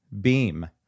beam